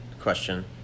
question